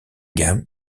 gamme